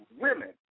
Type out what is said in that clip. Women